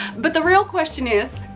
but the real question is,